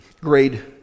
grade